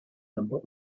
number